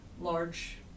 large